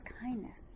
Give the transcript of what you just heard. kindness